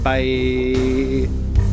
Bye